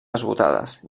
esgotades